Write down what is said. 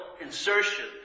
insertion